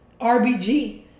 RBG